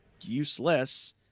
useless